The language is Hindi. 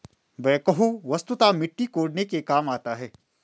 बेक्हो वस्तुतः मिट्टी कोड़ने के काम आता है